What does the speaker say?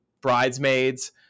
bridesmaids